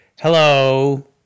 Hello